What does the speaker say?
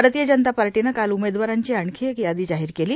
आरतीय जनता पार्टीनं काल उमेदवारांची आणखी एक यादी जाहीर केली